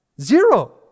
Zero